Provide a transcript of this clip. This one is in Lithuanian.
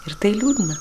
ir tai liūdna